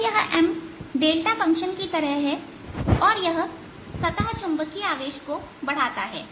तो यह Mफंक्शन की तरह है और यह सतह चुंबकीय आवेश को बढ़ाता है